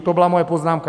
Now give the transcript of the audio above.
To byla moje poznámka.